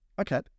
okay